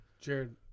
Jared